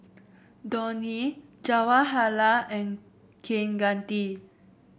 Dhoni Jawaharlal and Kaneganti